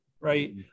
right